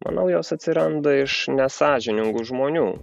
manau jos atsiranda iš nesąžiningų žmonių